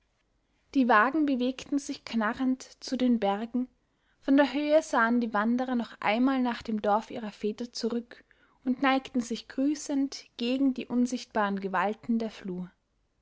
die wagen bewegten sich knarrend zu den bergen von der höhe sahen die wanderer noch einmal nach dem dorf ihrer väter zurück und neigten sich grüßend gegen die unsichtbaren gewalten der flur